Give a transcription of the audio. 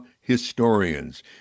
Historians